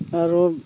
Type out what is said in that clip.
ᱟᱨᱚ